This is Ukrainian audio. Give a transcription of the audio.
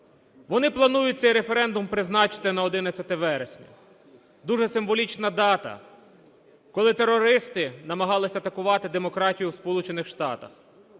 Вони планують цей референдум призначити на 11 вересня. Дуже символічна дата, коли терористи намагалися атакувати демократію в